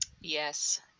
Yes